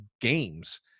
games